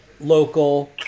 local